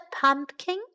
pumpkin